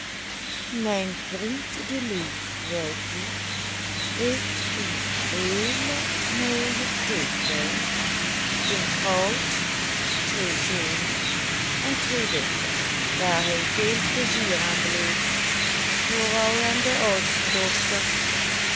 mijn vriend dr deluw wijflief heeft een heelen mooien theetuin een vrouw twee zonen en twee dochters waar hij veel pleizier aan beleeft vooral aan de oudste dochter